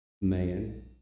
man